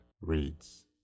reads